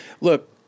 look